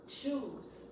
choose